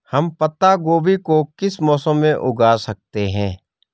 हम पत्ता गोभी को किस मौसम में उगा सकते हैं?